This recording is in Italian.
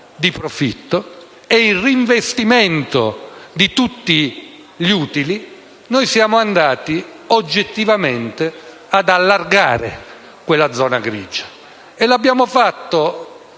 di profitto ed il reinvestimento di tutti gli utili, siamo andati oggettivamente ad allargare quella zona grigia e l'abbiamo fatto